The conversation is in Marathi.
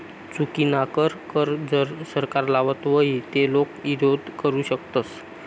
चुकीनाकर कर जर सरकार लावत व्हई ते लोके ईरोध करु शकतस